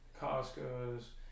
Costco's